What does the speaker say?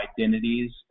identities